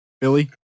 Billy